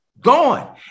gone